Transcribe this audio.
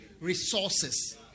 resources